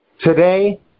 Today